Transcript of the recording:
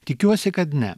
tikiuosi kad ne